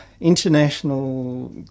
International